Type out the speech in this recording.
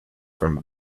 from